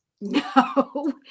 No